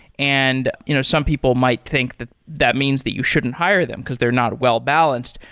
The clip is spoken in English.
and you know some people might think that that means that you shouldn't hire them, because they're not well balanced.